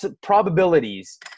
probabilities